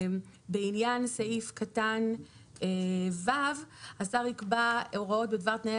בעניין סעיף קטן (ו): השר יקבע הוראות בדבר תנאי